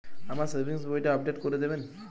আমার সেভিংস বইটা আপডেট করে দেবেন?